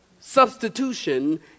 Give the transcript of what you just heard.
Substitution